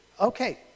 Okay